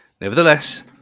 nevertheless